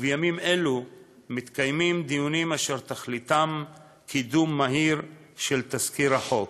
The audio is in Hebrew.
ובימים אלו מתקיימים דיונים אשר תכליתם קידום מהיר של תזכיר החוק.